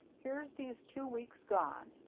here's these two weeks gone.